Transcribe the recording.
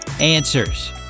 Answers